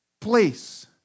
place